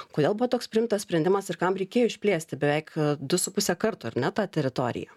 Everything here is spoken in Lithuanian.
kodėl buvo toks priimtas sprendimas ir kam reikėjo išplėsti beveik du su puse karto ar ne tą teritoriją